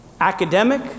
academic